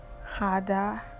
harder